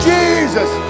Jesus